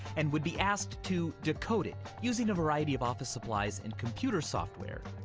and would be asked to decode it using a variety of office supplies and computer software.